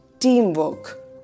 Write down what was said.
Teamwork